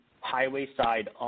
highway-side